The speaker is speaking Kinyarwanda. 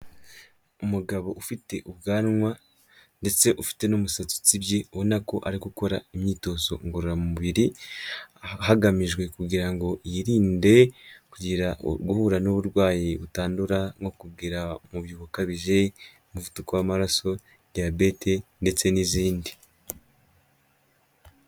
Umugabo ufite ubwanwa ndetse ufite n'umusatsi utsibye ubona ko ari gukora imyitozo ngororamubiri, hagamijwe kugira ngo yirinde kugira guhura n'uburwayi butandura no kugira umubyibuho ukabije, umuvuduko w'amaraso, diyabete ndetse n'izindi.